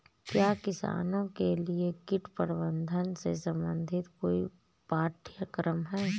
क्या किसानों के लिए कीट प्रबंधन से संबंधित कोई पाठ्यक्रम है?